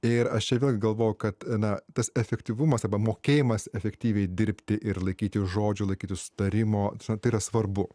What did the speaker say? ir aš čia vėlgi galvojau kad na tas efektyvumas arba mokėjimas efektyviai dirbti ir laikytis žodžio laikytis sutarimo tai yra svarbu